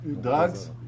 drugs